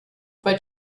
but